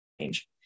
change